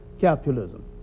capitalism